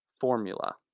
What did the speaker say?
Formula